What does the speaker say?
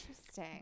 Interesting